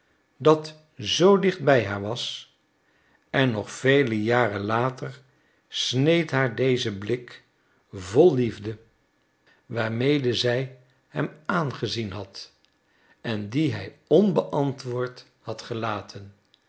dat zoo dicht bij haar was en nog vele jaren later sneed haar deze blik vol liefde waarmede zij hem aangezien had en die hij onbeantwoord had gelaten